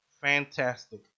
fantastic